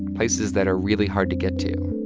places that are really hard to get to.